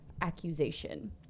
accusation